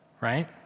right